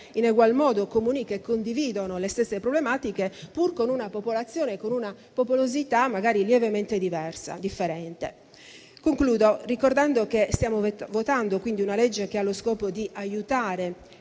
in egual modo Comuni che condividono le stesse problematiche, pur con una popolazione e con una popolosità magari lievemente differente. Concludo ricordando che stiamo per votare un disegno di legge che ha lo scopo di aiutare